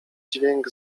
dźwięk